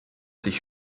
sich